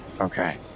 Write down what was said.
Okay